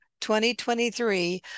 2023